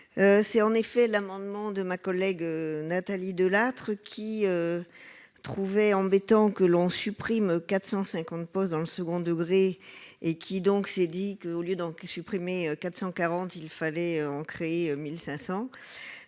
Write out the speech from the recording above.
c'est en effet l'amendement de ma collègue Nathalie Delattre qui trouvait embêtant que l'on supprime 450 postes dans le second degré et qui donc s'est dit que, au lieu donc supprimer 440 il fallait en créé 1500